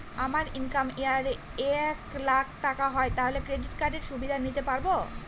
আমার income year এ এক লাক টাকা হয় তাহলে ক্রেডিট কার্ড এর সুবিধা নিতে পারবো?